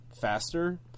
faster